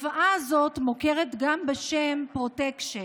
התופעה הזאת, המוכרת גם בשם "פרוטקשן",